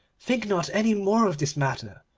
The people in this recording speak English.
think not any more of this matter,